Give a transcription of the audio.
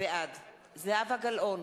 בעד זהבה גלאון,